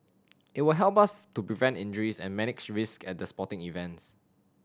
it will help us to prevent injuries and manage risk at the sporting events